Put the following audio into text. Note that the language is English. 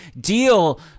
deal